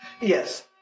yes